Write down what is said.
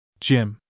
Jim